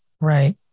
Right